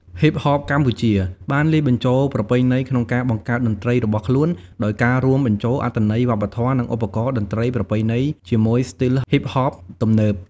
ហ៊ីបហបកម្ពុជា បានលាយបញ្ចូលប្រពៃណីក្នុងការបង្កើតតន្ត្រីរបស់ខ្លួនដោយការរួមបញ្ចូលអត្ថន័យវប្បធម៌ និងឧបករណ៍តន្ត្រីប្រពៃណីជាមួយស្ទីលហ៊ីបហបទំនើប។